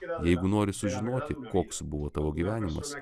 jeigu nori sužinoti koks buvo tavo gyvenimas